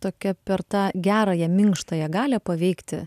tokia per tą gerąją minkštąją galią paveikti